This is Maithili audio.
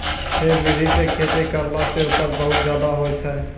है विधि सॅ खेती करला सॅ उपज बहुत ज्यादा होय छै